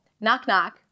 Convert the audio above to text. Knock-knock